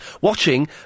watching